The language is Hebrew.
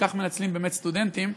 וכך מנצלים באמת סטודנטים.